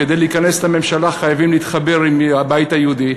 כדי להיכנס לממשלה חייבים להתחבר עם הבית היהודי.